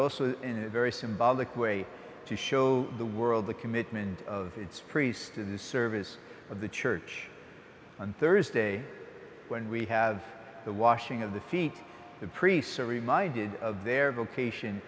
also a very symbolic way to show the world the commitment of its priests to the service of the church on thursday when we have the washing of the feet the priests are reminded of their vocation